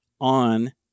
on